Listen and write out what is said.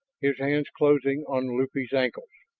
his hands closing on lupe's ankles.